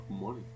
money